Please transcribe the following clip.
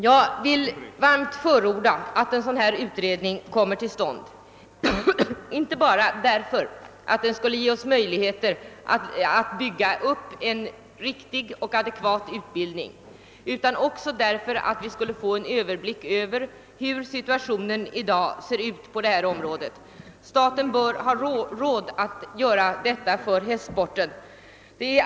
Jag vill varmt förorda att en utredning kommer till stånd, inte bara därför att den skulle ge oss möjligheter att bygga upp en riktig och adekvat utbildning utan också därför att vi därigenom får en överblick över situationen på detta område i dag. Staten bör ha råd att göra detta för hästsporten.